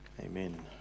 Amen